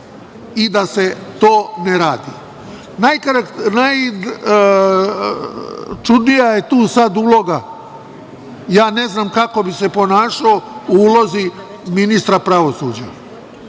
i da se to ne radi. Najčudnija je tu uloga, ja ne znam kako bi se ponašao u ulozi ministra pravosuđa,